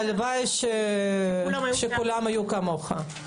הלוואי שכולם היו כמוך.